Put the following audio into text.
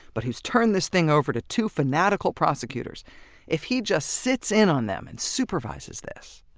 but who's turned this thing over to two fanatical prosecutors if he just sits in on them and supervises this.